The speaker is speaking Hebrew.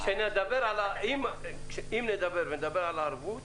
כשנדבר, אם נדבר על הערבות